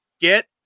get